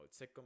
Sicko